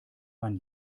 man